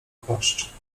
płaszcz